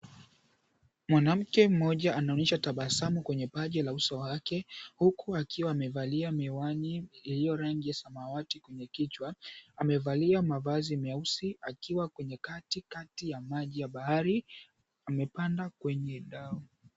Mwanamke mmoja anaonyesha tabasabu kwenye paji la uso wake huku akiwa amevalia miwani iliyo rangi ya samawati kwenye kichwa. Amevalia mavazi meusi akiwa kwenye katikati ya maji ya bahari, amepanda kwenye dau.